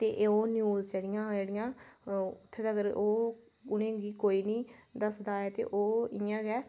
ते ओह् न्यूज़ जेह्ड़ियां जेह्ड़ियां ते ओह् उत्थें तगर उ'नेंगी कोई निं दसदा ऐ ते ओह् इं'या गै